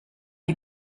you